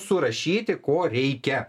surašyti ko reikia